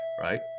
right